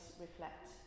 reflect